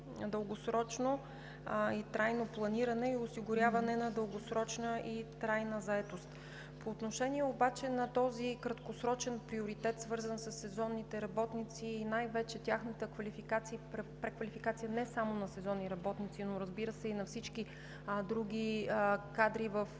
дългосрочно и трайно планиране и осигуряване на дългосрочна и трайна заетост. По отношение обаче на този краткосрочен приоритет, свързан със сезонните работници и най-вече тяхната квалификация и преквалификация, не само на сезонни работници, но, разбира се, и на всички други кадри в